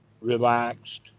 relaxed